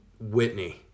Whitney